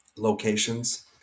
locations